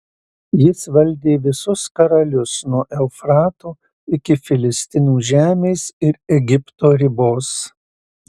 jis valdė visus karalius nuo eufrato iki filistinų žemės ir egipto ribos